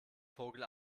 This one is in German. vogel